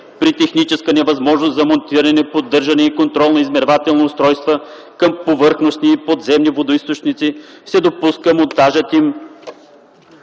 „При техническа невъзможност за монтиране, поддръжка и контрол на измервателни устройства към повърхностни и подземни водоизточници, се допуска монтажът им